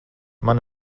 man